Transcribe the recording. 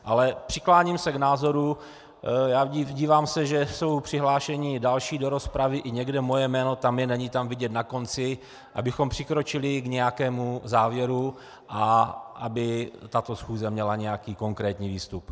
Ale přikláním se k názoru dívám se, že už jsou přihlášeni další do rozpravy, i někde moje jméno tam je na konci, není tam vidět abychom přikročili k nějakému závěru a aby tato schůze měla nějaký konkrétní výstup.